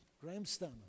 Grahamstown